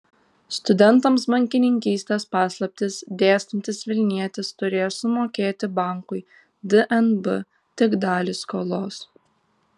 studentams bankininkystės paslaptis dėstantis vilnietis turės sumokėti bankui dnb tik dalį skolos